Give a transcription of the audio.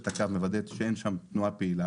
את הקו ומוודאת שאין בו תנועה פעילה,